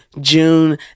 June